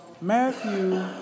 Matthew